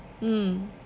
mm